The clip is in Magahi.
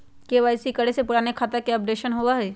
के.वाई.सी करें से पुराने खाता के अपडेशन होवेई?